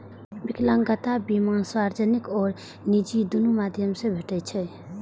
विकलांगता बीमा सार्वजनिक आ निजी, दुनू माध्यम सं भेटै छै